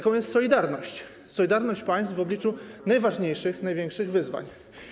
Chodzi o solidarność, solidarność państw w obliczu najważniejszych, największych wyzwań.